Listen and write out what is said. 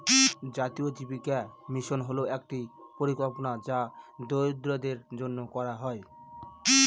জাতীয় জীবিকা মিশন হল একটি পরিকল্পনা যা দরিদ্রদের জন্য করা হয়